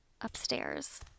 Upstairs